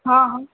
हँ हँ